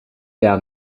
down